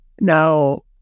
Now